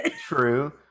True